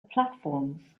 platforms